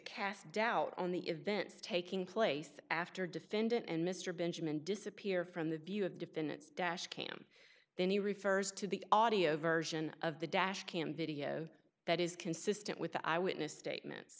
cast doubt on the events taking place after defendant and mr benjamin disappear from the view of the defendants dash cam then he refers to the audio version of the dash cam video that is consistent with the eyewitness statements